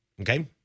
Okay